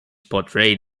portrayed